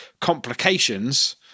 complications